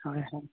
ᱦᱳᱭ ᱦᱳᱭ